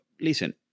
Listen